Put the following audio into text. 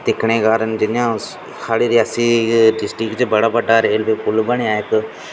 दिक्खने कारण साढे़ रियासी डिस्ट्रक्ट च बड़ा बड्डा रेलवे पुल्ल बनेआ ऐ इक